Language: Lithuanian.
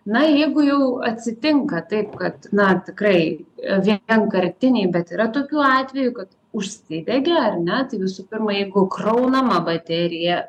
na jeigu jau atsitinka taip kad na tikrai vienkartiniai bet yra tokių atvejų kad užsidegė ar ne tai visų pirma jeigu kraunama baterija